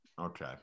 Okay